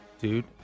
dude